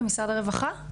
במשרד הרווחה?